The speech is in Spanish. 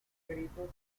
gritos